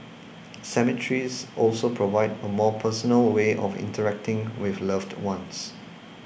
cemeteries also provide a more personal way of interacting with loved ones